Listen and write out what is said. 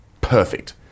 perfect